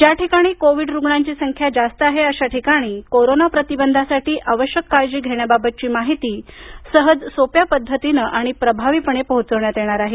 ज्या ठिकाणी कोविड रुग्णांची संख्या जास्त आहे अशा ठिकाणी कोरोना प्रतिबंधासाठी आवश्यक काळजी घेण्याबाबतची माहिती सहजसोप्या पद्धतीनं आणि प्रभावीपणे पोहचवण्यात येणार आहे